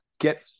get